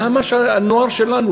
למה שהנוער שלנו,